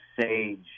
sage